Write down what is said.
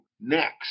next